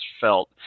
felt